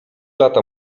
lata